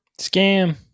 Scam